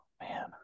man